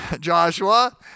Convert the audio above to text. Joshua